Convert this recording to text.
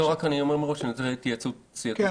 לא, אני רק אומר מראש שאני רוצה התייעצות סיעתית.